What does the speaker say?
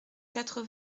quatre